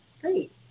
Great